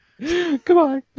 Goodbye